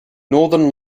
northern